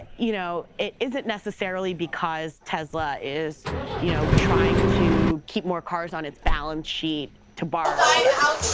you know it isn't necessarily because tesla is you know trying to keep more cars on its balance sheet to borrow against.